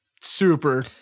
super